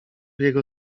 jego